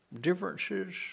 Differences